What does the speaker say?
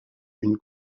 une